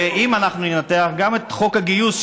ואם אנחנו ננתח גם את חוק הגיוס,